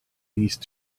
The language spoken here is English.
these